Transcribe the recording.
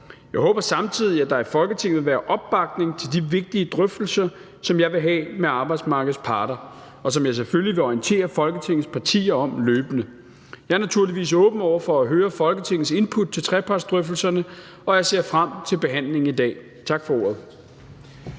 Jeg håber samtidig, at der i Folketinget vil være opbakning til de vigtige drøftelser, som jeg vil have med arbejdsmarkedets parter, og som jeg selvfølgelig vil orientere Folketingets partier om løbende. Jeg er naturligvis åben over for at høre Folketingets input til trepartsdrøftelserne, og jeg ser frem til behandlingen i dag. Tak for ordet.